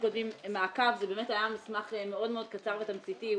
קודמים מעקב זה היה מסמך קצר ותמציתי.